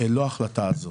לא ההחלטה הזאת.